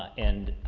and